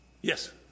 Yes